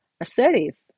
assertive